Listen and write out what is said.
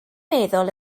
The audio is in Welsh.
meddwl